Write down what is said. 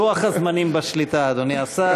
לוח-הזמנים בשליטה, אדוני השר.